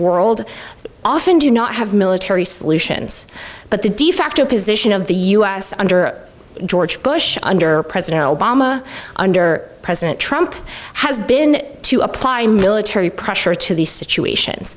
world often do not have military solutions but the de facto position of the u s under george bush under president obama under president trump has been to apply military pressure to these situations